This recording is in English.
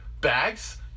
bags